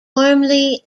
warmly